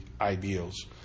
ideals